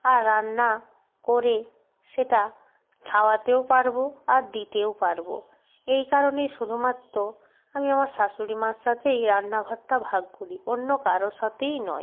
আর রান্না করে সেটা খাওয়াতেও পারব আর দিতেও পারব এই কারণেই শুধুমাত্র আমি আমার শাশুড়ি মার সাথে এই রান্নাঘরটা ভাগ করি অন্য কারও সাথেই নয়